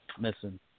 missing